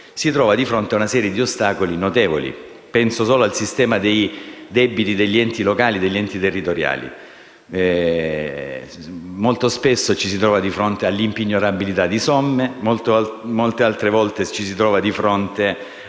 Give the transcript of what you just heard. si trova di fronte ad una serie di ostacoli notevoli. Penso al sistema dei debiti degli enti locali e territoriali: molto spesso ci si trova di fronte all'impignorabilità di somme, molte altre volte ci si trova di fronte